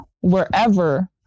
wherever